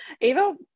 Ava